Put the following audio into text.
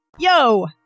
Yo